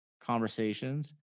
conversations